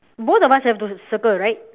both of us have to circle right